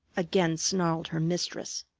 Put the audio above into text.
again snarled her mistress.